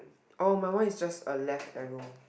orh my one is just a left arrow